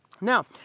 Now